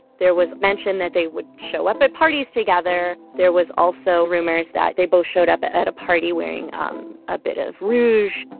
there was mentioned that they would show up at parties together. there was also rumors that they both showed up at at a party wearing um a bit of rouge.